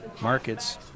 markets